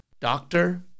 doctor